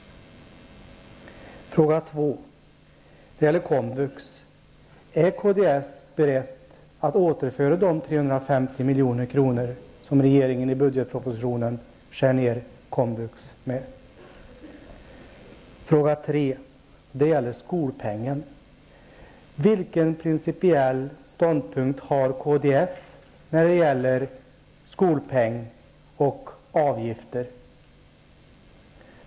Fråga två gäller komvux: Är kds berett att återföra de 350 milj.kr. som regeringen i budgetpropositionen skär ned komvux verksamhet med? Fråga tre gäller skolpengen: Vilken principiell ståndpunkt har kds när det gäller skolpeng och avgifter?